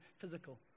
physical